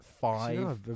five